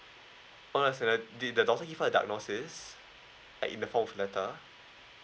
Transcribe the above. was uh did the doctor give her a diagnosis like in the form of letter